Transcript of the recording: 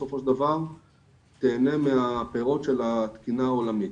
בסופו של דבר תיהנה מהפירות של התקינה העולמית.